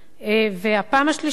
והפעם השלישית